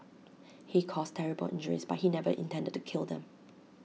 he caused terrible injuries but he never intended to kill them